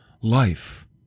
life